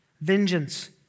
vengeance